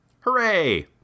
Hooray